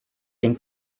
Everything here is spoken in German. den